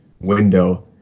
window